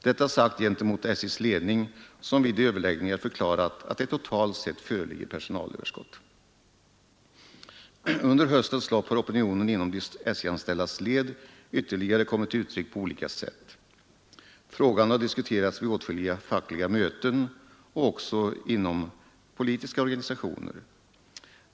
Detta sagt gentemot SJ:s ledning, som vid överläggningar förklarat att det totalt sett föreligger personalöverskott. Under höstens lopp har opinionen inom de SJ-anställdas led ytterligare kommit till uttryck på olika sätt. Frågan har diskuterats vid åtskilliga fackliga möten och även inom politiska organisationer.